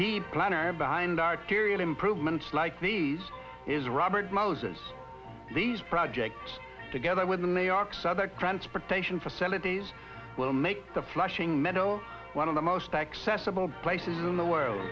planner behind arterial improvements like these is robert moses these projects together with the new york's other transportation facilities will make the flushing meadow one of the most accessible places in the world